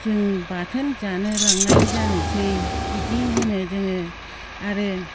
जों बाथोन जानो लांना जानोसै बिदि होनो जोङो आरो